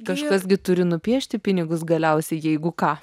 kažkas gi turi nupiešti pinigus galiausiai jeigu ką